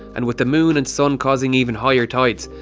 and with the moon and sun causing even higher tides,